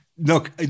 Look